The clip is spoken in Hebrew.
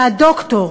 שהד"ר,